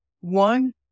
One